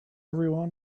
everyone